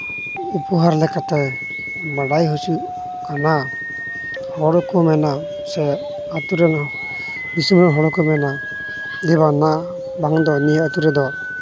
ᱩᱯᱚᱦᱟᱨ ᱞᱮᱠᱟᱛᱮ ᱵᱟᱰᱟᱭ ᱦᱚᱪᱚ ᱟᱵᱟᱨ ᱦᱚᱲᱠᱚ ᱢᱮᱱᱟ ᱥᱮ ᱟᱹᱛᱩᱨᱮᱱ ᱫᱤᱥᱚᱢ ᱨᱮᱱ ᱦᱚᱲᱠᱚ ᱢᱮᱱᱟ ᱡᱮ ᱵᱟᱝᱢᱟ ᱵᱟᱝᱫᱚ ᱱᱤᱭᱟᱹ ᱟᱹᱛᱩ ᱨᱮᱫᱚ